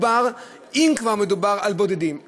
אם כבר, מדובר על בודדים.